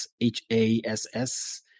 H-A-S-S